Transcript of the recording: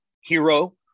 hero